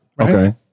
Okay